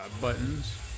buttons